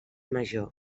major